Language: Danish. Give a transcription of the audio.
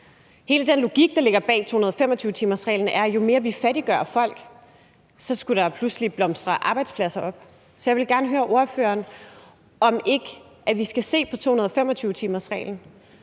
Hele den logik, der ligger bag 225-timersreglen er, at jo mere, vi fattiggør folk, jo flere arbejdspladser blomstrer der op. Så jeg ville gerne høre ordføreren, om ikke vi skal se på 225-timersreglen,